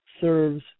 serves